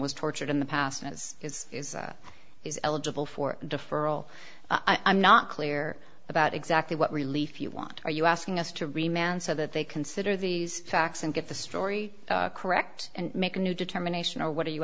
was tortured in the past and is is is is eligible for deferral i'm not clear about exactly what relief you want are you asking us to remain so that they consider these facts and get the story correct and make a new determination or what are you